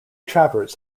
travers